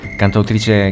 cantautrice